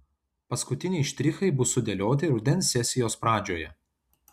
paskutiniai štrichai bus sudėlioti rudens sesijos pradžioje